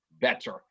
better